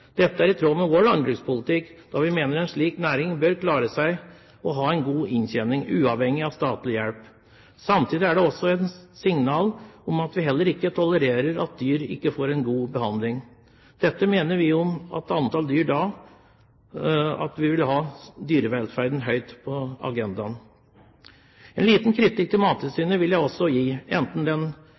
Dette er i tråd med vår landbrukspolitikk, da vi mener en slik næring bør klare seg og ha en god inntjening, uavhengig av statlig hjelp. Samtidig er det også et signal om at vi heller ikke tolererer at dyr ikke får god behandling. Dette mener vi om alle dyr – vi vil ha dyrevelferd høyt på agendaen. En liten kritikk til Mattilsynet vil jeg også gi, enten den